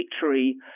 victory